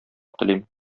телим